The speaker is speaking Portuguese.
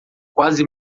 quase